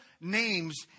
names